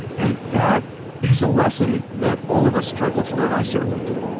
and that is a lesson that all of us struggle to learn. i certainly do